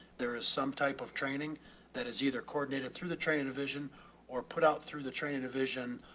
there is some type of training that is either coordinated through the training division or put out through the training division,